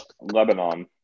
Lebanon